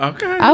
Okay